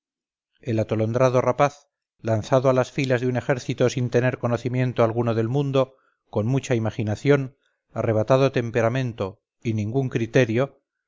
el atolondrado rapaz lanzado a las filas de un ejército sin tener conocimiento alguno del mundo con mucha imaginación arrebatado temperamento y ningún criterio